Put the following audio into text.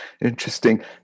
interesting